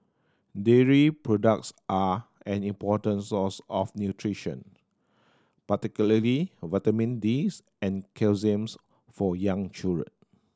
dairy products are an important source of nutrition particularly vitamin D and calcium for young children